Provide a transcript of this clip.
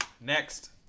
next